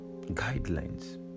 guidelines